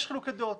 יש חילוקי דעות.